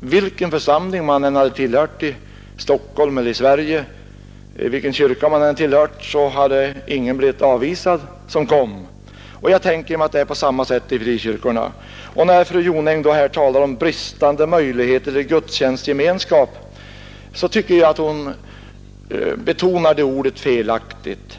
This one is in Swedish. vilken kyrka eller församling man än tillhör här i staden eller ute i landet var man ändå lika välkommen. Ingen blev avvisad. Jag föreställer mig att det är på samma sätt i frikyrkorna. När fru Jonäng talade om bristande möjligheter till gudstjänstgemenskap tyckte jag att hon betonade ordet felaktigt.